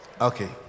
Okay